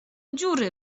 dziury